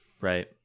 Right